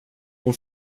hon